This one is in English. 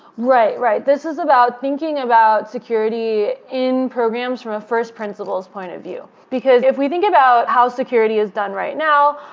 right. this is about thinking about security in programs from a first principle's point of view, because if we think about how security is done right now,